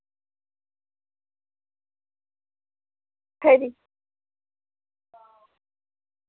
खरी